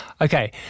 Okay